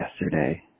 Yesterday